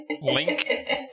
Link